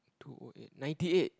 two oh eight ninety eight